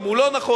אם הוא לא נכון,